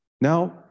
Now